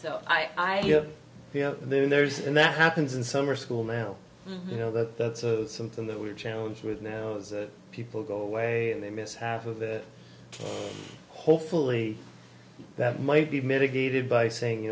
o i hear there's and that happens in summer school now you know that that's something that we're challenges with now as people go away and they miss half of it hopefully that might be mitigated by saying you